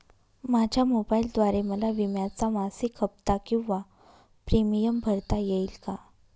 माझ्या मोबाईलद्वारे मला विम्याचा मासिक हफ्ता किंवा प्रीमियम भरता येईल का?